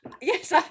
Yes